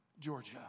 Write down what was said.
Georgia